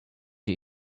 you